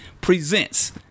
presents